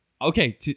okay